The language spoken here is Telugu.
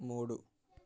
మూడు